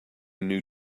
new